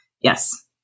Yes